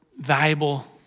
valuable